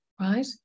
right